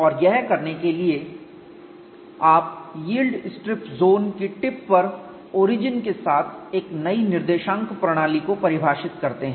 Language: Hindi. और यह करने के लिए कि आप स्ट्रिप यील्ड जोन की टिप पर ओरिजिन के साथ एक नई निर्देशांक प्रणाली को परिभाषित करते हैं